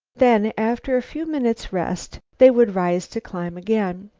then, after a few minutes' rest, they would rise to climb again.